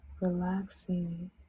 relaxing